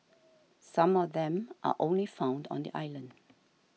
some of them are only found on the island